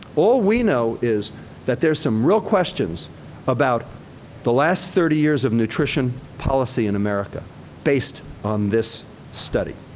all we know is that there's some real questions about the last thirty years of nutrition policy in america based on this study.